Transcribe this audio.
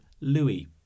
Louis